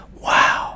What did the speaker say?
wow